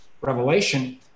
revelation